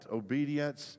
obedience